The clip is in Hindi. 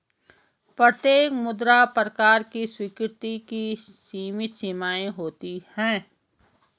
प्रत्येक मुद्रा प्रकार की स्वीकृति की सीमित सीमाएँ होती हैं